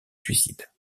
suicide